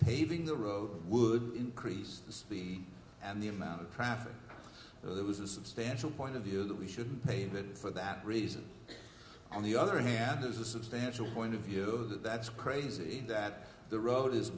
paving the road would increase the speed and the amount of traffic so there was a substantial point of view that we should pay that for that reason on the other hand there's a substantial point of yours that that's crazy that the road is